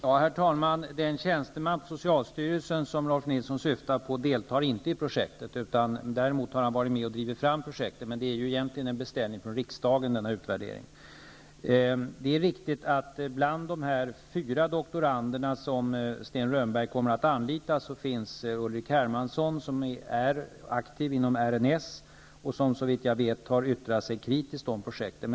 Herr talman! Den tjänsteman på socialstyrelsen som Rolf L Nilson syftar på deltar inte i projektet. Däremot har han varit med och drivit fram det. Denna utvärdering är ju egentligen en beställning från riksdagen. Det är riktigt att en av de fyra doktorander som Sten Rönnberg kommer att anlita är Ulrik Hermansson, som är aktiv inom RNS och som såvitt jag vet har yttrat sig kritiskt om projektet.